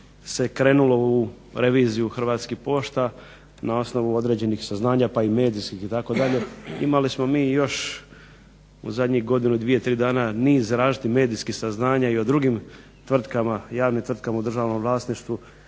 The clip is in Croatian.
se krenulo u reviziju Hrvatskih pošta na osnovu određenih saznanja pa i medijskih itd., imali smo mi još u zadnjih godinu dvije tri dana niz različitih medijskih saznanja o niz drugim javnim tvrtkama u državnom vlasništvu,